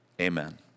amen